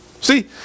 See